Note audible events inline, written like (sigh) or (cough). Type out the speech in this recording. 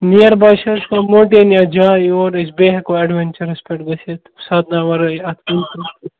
نِیر بے چھِ حظ کانٛہہ ماوٹین یا جاے یور أسۍ بیٚیہِ ہٮ۪کو اٮ۪ڈوٮ۪نچَرَس پٮ۪ٹھ گٔژھِتھ سادنہ وَرٲے اَتھ (unintelligible)